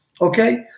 okay